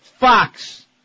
Fox